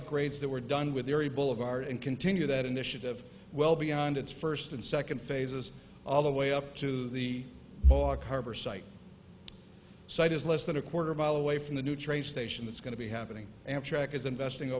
upgrades that were done with mary boulevard and continue that initiative well beyond its first and second phases all the way up to the carver site site is less than a quarter mile away from the new train station that's going to be happening amtrak is investing